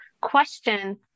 question